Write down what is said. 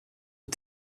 aux